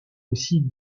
aussi